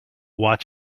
watch